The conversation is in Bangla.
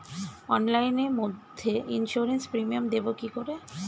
অনলাইনে মধ্যে ইন্সুরেন্স প্রিমিয়াম দেবো কি করে?